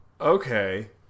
okay